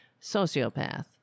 sociopath